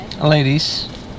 Ladies